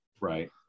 Right